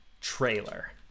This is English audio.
trailer